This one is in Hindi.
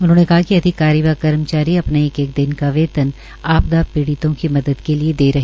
उन्होंने कहा कि अधिकारी व कर्मचारी अपना एक एक दिन का वेतन आपदा पीड़ितों की मदद के लिए दे रहे हैं